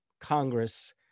Congress